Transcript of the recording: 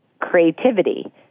creativity